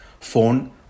phone